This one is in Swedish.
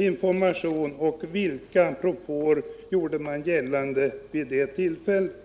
information och vilka propåer framlade man vid det tillfället?